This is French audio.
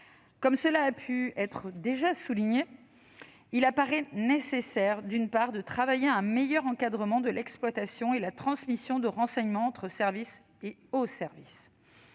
Comme cela a déjà été souligné, il apparaît nécessaire, d'une part, de travailler à un meilleur encadrement de l'exploitation et de la transmission de renseignements entre services et aux services,